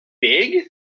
big